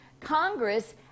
Congress